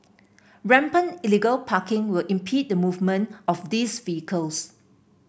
rampant illegal parking will impede the movement of these vehicles